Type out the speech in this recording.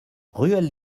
ruelle